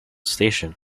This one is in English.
station